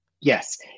Yes